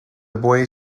buey